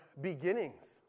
beginnings